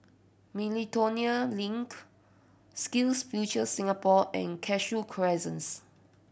Miltonia Link Skills Future Singapore and Cashew Crescents